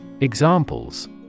Examples